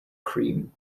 cream